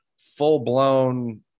full-blown